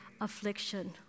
affliction